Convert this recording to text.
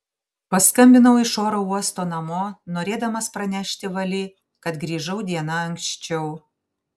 paskambinau iš oro uosto namo norėdamas pranešti vali kad grįžau diena anksčiau